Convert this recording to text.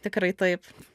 tikrai taip